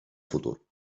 futur